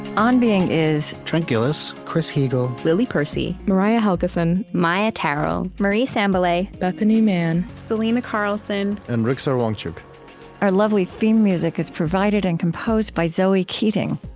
on being is trent gilliss, chris heagle, lily percy, mariah helgeson, maia tarrell, marie sambilay, bethanie mann, selena carlson, and rigsar wangchuck our lovely theme music is provided and composed by zoe keating.